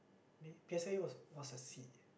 me P_S_L_E was was a C